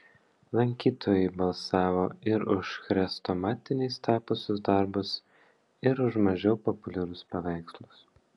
lankytojai balsavo ir už chrestomatiniais tapusius darbus ir už mažiau populiarius paveikslus